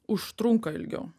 užtrunka ilgiau